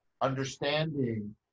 Understanding